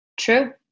True